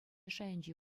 шайӗнчи